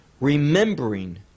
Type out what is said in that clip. remembering